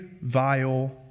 vile